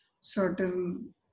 certain